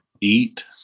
eat